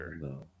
no